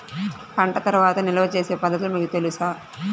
పంట తర్వాత నిల్వ చేసే పద్ధతులు మీకు తెలుసా?